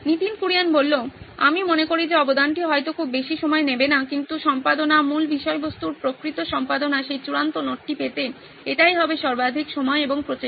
নীতিন কুরিয়ান আমি মনে করি যে অবদানটি হয়তো খুব বেশি সময় নেবে না কিন্তু সম্পাদনা মূল বিষয়বস্তুর প্রকৃত সম্পাদনা সেই চূড়ান্ত নোটটি পেতে এটিই হবে সর্বাধিক সময় এবং প্রচেষ্টা